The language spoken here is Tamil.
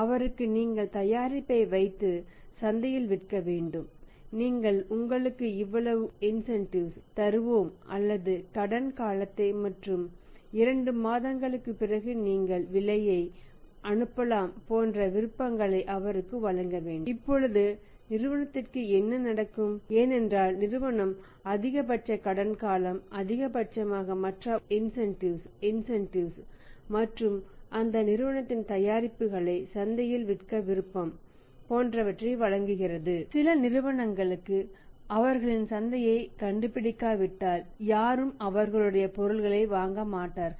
அவருக்கு நீங்கள் தயாரிப்பை வைத்து சந்தையில் விற்க வேண்டும் நாங்கள் உங்களுக்கு இவ்வளவு இன்செண்டிவெஸ் மற்றும் அந்த நிறுவனத்தின் தயாரிப்புகளை சந்தையில் விற்க விருப்பம் போன்றவற்றை வழங்குகிறது சில நிறுவனங்கள் அவர்களின் சந்தையை கண்டுபிடிக்காவிட்டால் யாரும் அவர்களுடைய பொருள்களை வாங்க மாட்டார்கள்